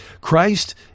Christ